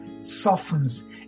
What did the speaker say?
softens